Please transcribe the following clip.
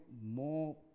more